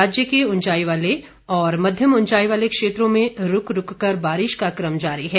राज्य के ऊंचाई वाले और मध्यम ऊंचाई वाले क्षेत्रों में रुक रुक कर बारिश का क्रम जारी है